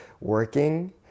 working